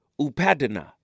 Upadana